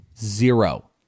zero